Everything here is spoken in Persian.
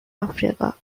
آفریقا